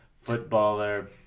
footballer